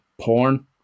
porn